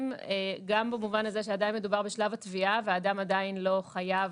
גם במובן הזה שעדיין מדובר בשלב התביעה והאדם עדיין לא חייב